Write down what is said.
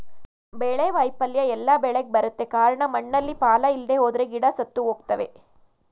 ಬೆಳೆ ವೈಫಲ್ಯ ಎಲ್ಲ ಬೆಳೆಗ್ ಬರುತ್ತೆ ಕಾರ್ಣ ಮಣ್ಣಲ್ಲಿ ಪಾಲ ಇಲ್ದೆಹೋದ್ರೆ ಗಿಡ ಸತ್ತುಹೋಗ್ತವೆ